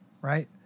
right